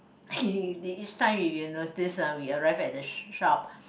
they each time if you notice uh we arrive at the sh~ shop